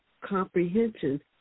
comprehension